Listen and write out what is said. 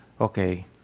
Okay